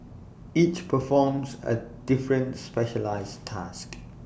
each performs A different specialised task